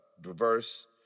diverse